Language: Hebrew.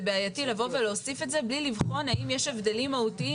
בעייתי לבוא ולהוסיף את זה בלי לבחון האם יש הבדלים מהותיים